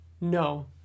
No